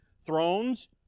Thrones